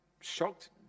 shocked